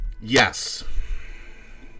Yes